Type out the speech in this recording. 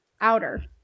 outer